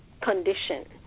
condition